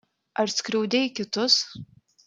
ar skriaudei kitus